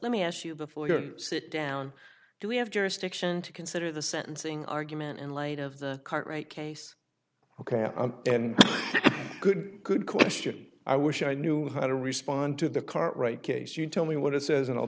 let me ask you before you sit down do we have jurisdiction to consider the sentencing argument in light of the cartwright case ok good good question i wish i knew how to respond to the current rate case you tell me what it says and i'll